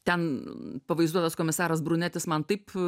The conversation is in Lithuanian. ten pavaizduotas komisaras brunetis man taip